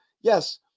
Yes